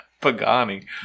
Pagani